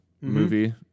movie